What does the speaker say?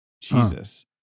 Jesus